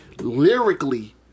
lyrically